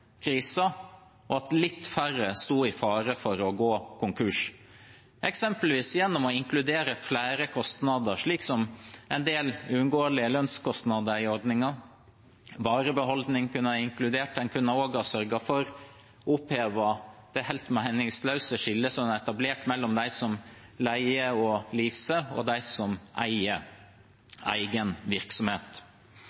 og at noen færre sto i fare for å gå konkurs – eksempelvis gjennom å inkludere flere kostnader, slik som en del uunngåelige lønnskostnadsordninger. Varebeholdning kunne en inkludert, og en kunne sørget for å oppheve det helt meningsløse skillet som er etablert mellom dem som leier og leaser, og dem som eier